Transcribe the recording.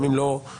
גם אם לא קודדה,